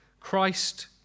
Christ